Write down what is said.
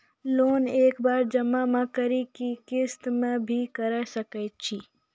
Loan एक बार जमा म करि कि किस्त मे भी करऽ सके छि?